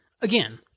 again